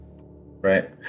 Right